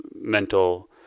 mental